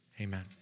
amen